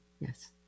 Yes